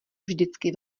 vždycky